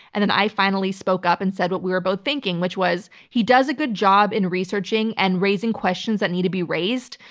and then i finally spoke up and said what we were both thinking, which was, he does a good job in researching and raising questions that need to be raised,